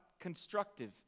constructive